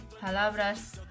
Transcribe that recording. palabras